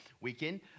weekend